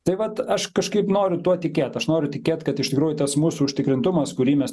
tai vat aš kažkaip noriu tuo tikėt aš noriu tikėt kad iš tikrųjų tas mūsų užtikrintumas kurį mes